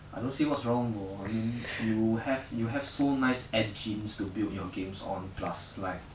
I don't see what's wrong though I mean you have you have so nice engines to build your games on plus like